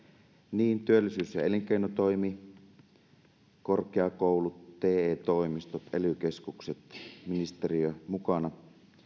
niin työllisyys ja elinkeinotoimi korkeakoulut te toimistot ely keskukset ministeriö mukana